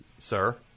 Sir